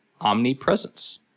omnipresence